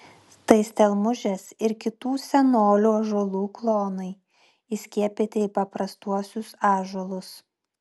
tai stelmužės ir kitų senolių ąžuolų klonai įskiepyti į paprastuosius ąžuolus